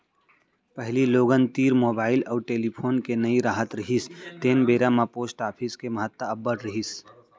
पहिली लोगन तीर मुबाइल अउ टेलीफोन के नइ राहत रिहिस तेन बेरा म पोस्ट ऑफिस के महत्ता अब्बड़ रिहिस